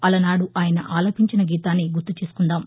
అలనాడు ఆయన ఆలపించిన గీతాన్ని గుర్తు చేసుకుందాం